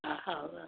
ହେଉ ଆଉ